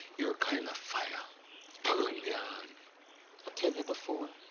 your kind of fire tell i mean yeah ah and tell you before,